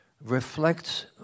reflects